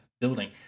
Building